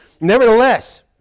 nevertheless